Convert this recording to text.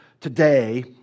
today